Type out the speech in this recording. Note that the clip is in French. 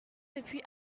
depuis